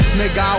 nigga